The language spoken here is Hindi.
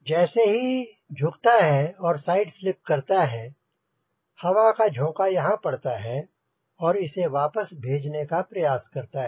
जैसे ही झुकता है और साइड स्लिप करता है हवा का झोंका यहांँ पड़ता है और उसे वापस भेजने का प्रयास करता है